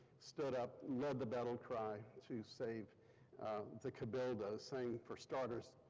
stood up, led the battle cry to save the cabildo saying, for starters,